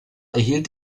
erhielt